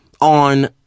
on